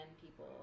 people